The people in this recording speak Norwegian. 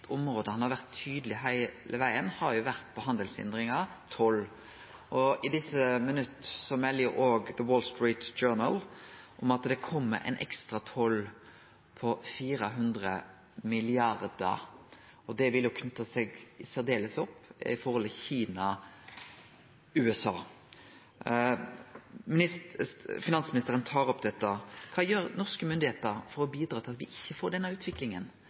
område han har vore tydeleg på heile vegen, er handelshindringar og toll. I desse minutt melder òg Wall Street Journal om at det kjem ein ekstra toll på 400 mrd. kr, og det vil særleg vere knytt til forholdet mellom Kina og USA. Finansministeren tar opp dette. Kva gjer dei norske myndigheitene for å bidra til at me ikkje får denne utviklinga?